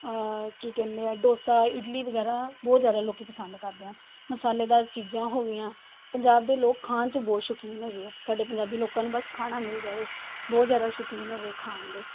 ਕੀ ਕਹਿੰਦੇ ਆ ਡੋਸਾ ਇਡਲੀ ਵਗੈਰਾ ਬਹੁਤ ਜ਼ਿਆਦਾ ਲੋਕੀ ਪਸੰਦ ਕਰਦੇ ਹਨ ਮਸਾਲੇਦਾਰ ਚੀਜ਼ਾਂ ਹੋ ਗਈਆਂ ਪੰਜਾਬ ਦੇ ਲੋਕ ਖਾਣ 'ਚ ਬਹੁਤ ਸ਼ੌਕੀਨ ਹੈਗੇ ਆ ਸਾਡੇ ਪੰਜਾਬੀ ਲੋਕਾਂ ਨੂੰ ਬਸ ਖਾਣਾ ਮਿਲ ਜਾਵੇ ਬਹੁਤ ਜ਼ਿਆਦਾ ਸ਼ੋਕੀਨ ਹੈਗੇ ਖਾਣ ਦੇ